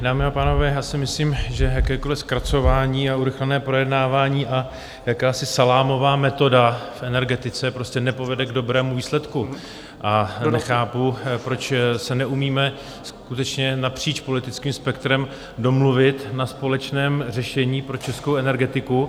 Dámy a pánové, já si myslím, že jakékoliv zkracování, urychlené projednávání a jakási salámová metoda v energetice prostě nepovede k dobrému výsledku a nechápu, proč se neumíme skutečně napříč politickým spektrem domluvit na společném řešení pro českou energetiku.